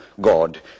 God